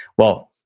well,